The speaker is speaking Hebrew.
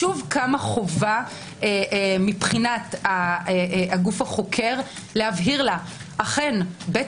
שוב קמה החובה מבחינת הגוף החוקר להבהיר לה: אכן בית